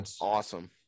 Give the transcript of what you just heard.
Awesome